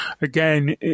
again